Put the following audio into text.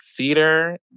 theater